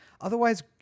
otherwise